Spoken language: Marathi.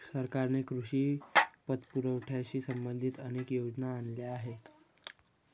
सरकारने कृषी पतपुरवठ्याशी संबंधित अनेक योजना आणल्या आहेत